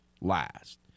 last